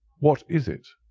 what is it?